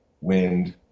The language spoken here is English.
wind